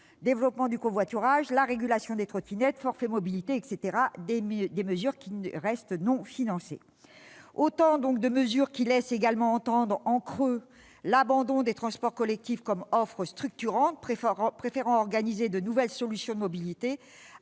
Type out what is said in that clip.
développement du covoiturage, régulation des trottinettes, forfait mobilité, etc., autant de mesures qui ne sont pas financées. Ces mesures traduisent également, en creux, l'abandon des transports collectifs comme offre structurante : on préfère organiser de nouvelles « solutions de mobilité